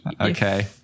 Okay